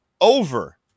over